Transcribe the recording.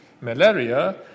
Malaria